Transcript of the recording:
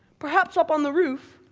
perhaps up on the roof.